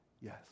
yes